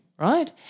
Right